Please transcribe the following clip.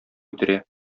үтерә